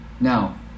Now